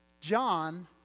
John